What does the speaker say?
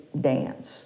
dance